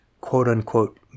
quote-unquote